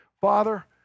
Father